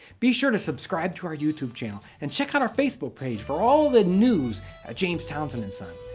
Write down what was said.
be sure to subscribe to our youtube channel and check out our facebook page for all the news at jas. townsend and son.